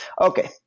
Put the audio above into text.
Okay